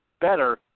better